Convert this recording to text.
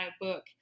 book